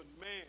man